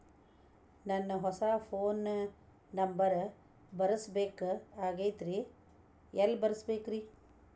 ನಂದ ಹೊಸಾ phone number ಬರಸಬೇಕ್ ಆಗೈತ್ರಿ ಎಲ್ಲೆ ಬರಸ್ಬೇಕ್ರಿ?